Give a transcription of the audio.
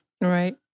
Right